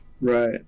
Right